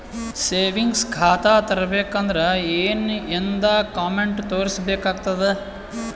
Savings ಖಾತಾ ತೇರಿಬೇಕಂದರ ಏನ್ ಏನ್ಡಾ ಕೊಮೆಂಟ ತೋರಿಸ ಬೇಕಾತದ?